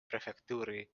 prefektuuri